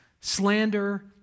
Slander